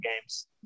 games